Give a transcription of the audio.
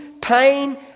pain